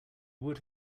would